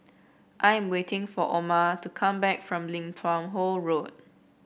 I am waiting for Oma to come back from Lim Tua Tow Road